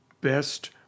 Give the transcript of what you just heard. best